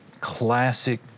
classic